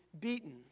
beaten